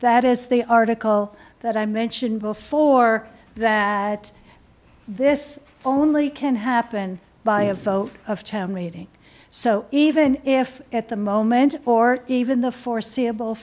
that is the article that i mentioned before that this only can happen by a vote of teh meeting so even if at the moment or even the foreseeable